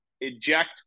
eject